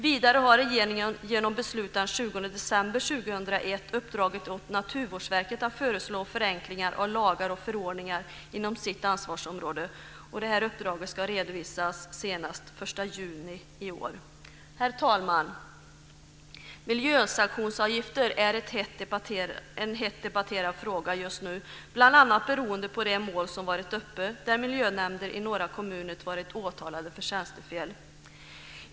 Vidare har regeringen genom beslut den 20 december 2001 uppdragit åt Naturvårdsverket att föreslå förenklingar av lagar och förordningar inom sitt ansvarsområde. Uppdraget ska redovisas senast den 1 juni i år. Herr talman! Miljösanktionsavgifter är en hett debatterad fråga just nu, bl.a. beroende på de mål som varit uppe där miljönämnder i några kommuner varit åtalade för tjänstefel.